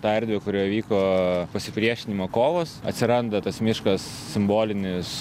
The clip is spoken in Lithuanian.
tą erdvę kurioj vyko pasipriešinimo kovos atsiranda tas miškas simbolinis